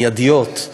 מיידיות.